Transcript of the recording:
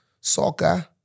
soccer